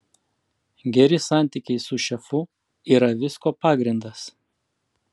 geri santykiai su šefu yra visko pagrindas